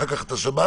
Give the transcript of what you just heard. אחר כך את השב"ס,